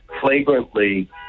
flagrantly